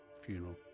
funeral